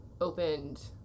opened